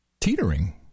Teetering